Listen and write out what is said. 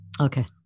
Okay